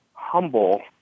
humble